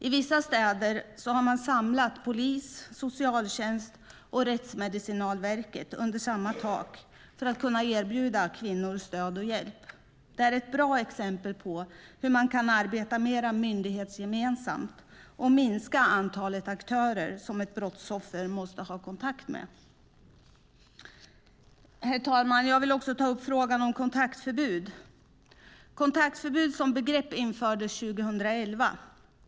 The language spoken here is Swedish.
I vissa städer har man samlat polis, socialtjänst och Rättsmedicinalverket under samma tak för att kunna erbjuda kvinnor stöd och hjälp. Det är ett bra exempel på hur man kan arbeta mer myndighetsgemensamt och minska antalet aktörer som ett brottsoffer måste ha kontakt med. Herr talman! Jag vill ta upp frågan om kontaktförbud. Kontaktförbud som begrepp infördes 2011.